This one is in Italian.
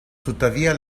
tuttavia